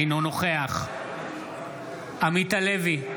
אינו נוכח עמית הלוי,